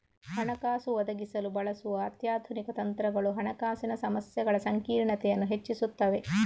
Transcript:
ಹಣಕಾಸು ಒದಗಿಸಲು ಬಳಸುವ ಅತ್ಯಾಧುನಿಕ ತಂತ್ರಗಳು ಹಣಕಾಸಿನ ಸಮಸ್ಯೆಗಳ ಸಂಕೀರ್ಣತೆಯನ್ನು ಹೆಚ್ಚಿಸುತ್ತವೆ